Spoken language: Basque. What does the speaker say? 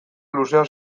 luzea